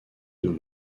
deux